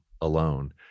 alone